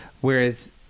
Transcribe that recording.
whereas